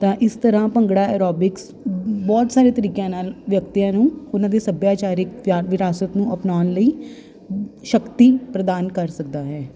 ਤਾਂ ਇਸ ਤਰ੍ਹਾਂ ਭੰਗੜਾ ਐਰੋਬਿਕਸ ਬਹੁਤ ਸਾਰੇ ਤਰੀਕਿਆਂ ਨਾਲ ਵਿਅਕਤੀਆਂ ਨੂੰ ਉਹਨਾਂ ਦੀ ਸੱਭਿਆਚਾਰਿਕ ਬਿਆਨ ਵਿਰਾਸਤ ਨੂੰ ਅਪਣਾਉਣ ਲਈ ਸ਼ਕਤੀ ਪ੍ਰਦਾਨ ਕਰ ਸਕਦਾ ਹੈ